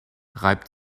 reibt